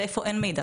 ואיפה אין מידע.